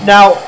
Now